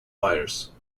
wires